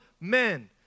men